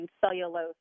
cellulose